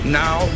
now